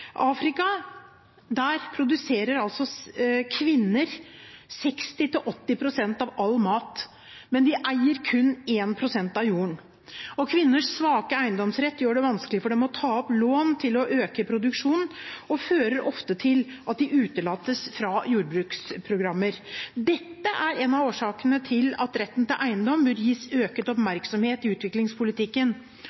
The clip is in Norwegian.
produserer kvinner 60–80 pst. av all mat, men de eier kun 1 pst. av jorda. Kvinners svake eiendomsrett gjør det vanskelig for dem å ta opp lån for å øke produksjonen og fører ofte til at de utelates fra jordbruksprogrammer. Dette er en av årsakene til at retten til eiendom bør gis